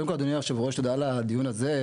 קודם כל, אדוני היו"ר, תודה על הדיון הזה.